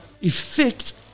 effect